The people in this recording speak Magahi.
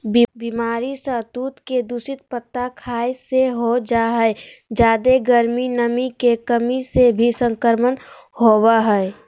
बीमारी सहतूत के दूषित पत्ता खाय से हो जा हई जादे गर्मी, नमी के कमी से भी संक्रमण होवई हई